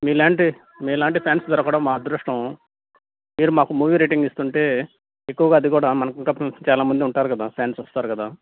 మీలాంటి మీలాంటి ఫ్యాన్స్ దొరకడం మా అదృష్టం మీరు మాకు మూవీ రేటింగ్ ఇస్తుంటే ఎక్కువుగా అది కూడా మనకింకా చాలామంది ఉంటారు కదా ఫ్యాన్స్ వస్తారు కదా